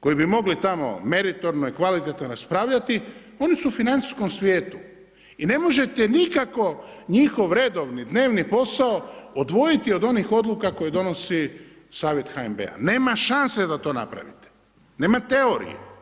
koji bi mogli tamo meritorno i kvalitetno raspravljati, oni su u financijskom svijetu i ne možete nikako njihov redovni dnevni posao odvojiti od onih odluka koje donosi savjet HNB-a, nema šanse da to napravite, nema teorije.